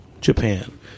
Japan